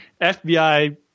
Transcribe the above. FBI